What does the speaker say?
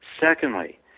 Secondly